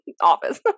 office